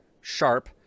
sharp